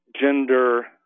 gender